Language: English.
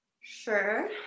Sure